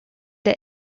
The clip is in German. der